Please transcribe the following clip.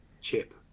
chip